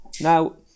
Now